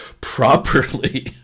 properly